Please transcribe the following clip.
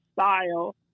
style